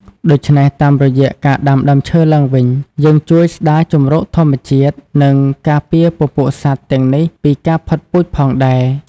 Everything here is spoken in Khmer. ដូច្នេះតាមរយៈការដាំដើមឈើឡើងវិញ យើងជួយស្ដារជម្រកធម្មជាតិ និងការពារពពួកសត្វទាំងនេះពីការផុតពូជផងដែរ។